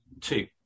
two